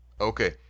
Okay